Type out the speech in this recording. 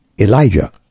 Elijah